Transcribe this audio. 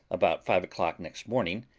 about five o'clock next morning,